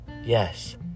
Yes